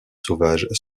sauvages